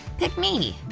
pick me!